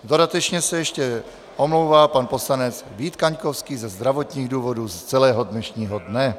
Dodatečně se ještě omlouvá pan poslanec Vít Kaňkovský ze zdravotních důvodů z celého dnešního dne.